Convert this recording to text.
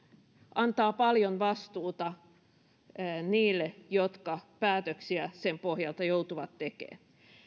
antaa paljon vastuuta niille jotka päätöksiä sen pohjalta joutuvat tekemään